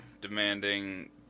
demanding